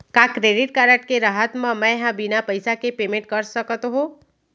का credit card के रहत म, मैं ह बिना पइसा के पेमेंट कर सकत हो?